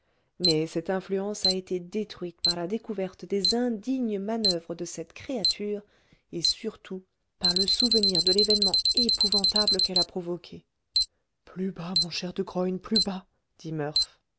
mais cette influence a été détruite par la découverte des indignes manoeuvres de cette créature et surtout par le souvenir de l'événement épouvantable qu'elle a provoqué plus bas mon cher de graün plus bas